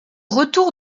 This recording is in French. retour